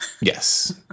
Yes